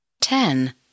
ten